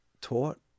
Taught